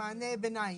מענה ביניים.